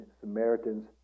Samaritans